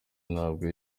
ntabwo